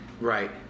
Right